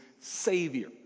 Savior